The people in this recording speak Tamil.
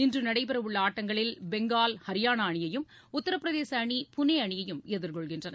இன்று நடைபெறவுள்ள ஆட்டங்களில் பெங்கால் ஹரியானா அணியையும் உத்திரப்பிரதேச அணி புனே அணியையும் எதிர்கொள்கின்றன